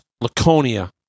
Laconia